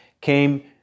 came